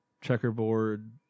checkerboard